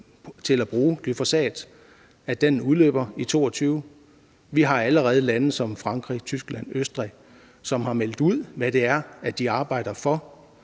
til at bruge glyfosat udløber i 2022. Vi har allerede set lande som Frankrig, Tyskland, Østrig melde ud, hvad det er, de arbejder for;